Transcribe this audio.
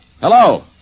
Hello